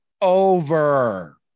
over